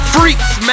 Freaks